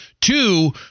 Two